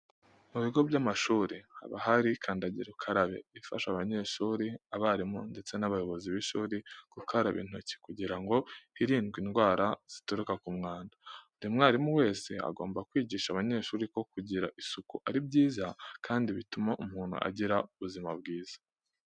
Mu bigo by'amashuri haba hari kandagira ukarabe ifasha abanyeshuri, abarimu ndetse n'abayobozi b'ishuri gukaraba intoki kugira ngo hirindwe indwara zituruka ku mwanda. Buri mwarimu wese agomba kwigisha abanyeshuri ko kugira isuku ari byiza kandi bituma umuntu agira ubuzima bwiza.